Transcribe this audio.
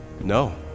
No